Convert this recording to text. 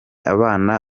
abana